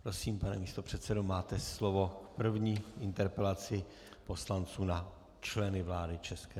Prosím, pane místopředsedo, máte slovo k první interpelaci poslanců na členy vlády ČR.